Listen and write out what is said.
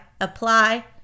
apply